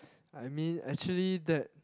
I mean actually that